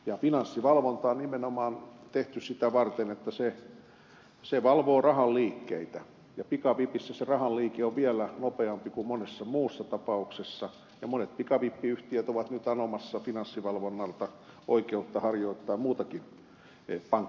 ja finanssivalvonta on nimenomaan tehty sitä varten että se valvoo rahan liikkeitä ja pikavipissä se rahan liike on vielä nopeampi kuin monessa muussa tapauksessa ja monet pikavippiyhtiöt ovat nyt anomassa finanssivalvonnalta oikeutta harjoittaa muutakin pankkitoimintaa